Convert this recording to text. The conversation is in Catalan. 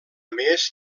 més